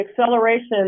acceleration